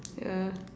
yeah